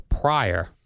prior